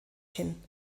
hin